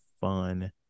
fun